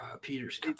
Peter's –